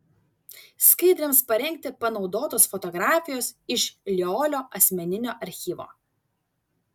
skaidrėms parengti panaudotos fotografijos iš liolio asmeninio archyvo